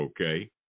okay